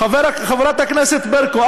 חברת הכנסת ברקו,